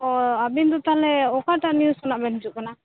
ᱳ ᱟᱵᱤᱱᱫᱚ ᱛᱟᱦᱚᱞᱮ ᱚᱠᱟᱴᱟᱜ ᱱᱤᱭᱩᱡ ᱠᱷᱚᱡᱟᱜ ᱵᱤᱱ ᱦᱤᱡᱩᱜ ᱠᱟᱱᱟ